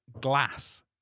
glass